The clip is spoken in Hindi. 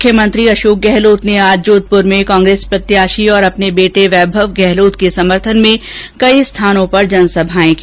मुख्यमंत्री अशोक गहलोत ने आज जोधपुर में कांग्रेस प्रत्याशी और अपने बेटे वैभव गहलोत के समर्थन में कई स्थानों पर जनसभाएं की